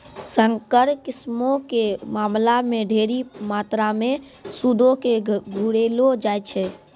संकर किस्मो के मामला मे ढेरी मात्रामे सूदो के घुरैलो जाय छै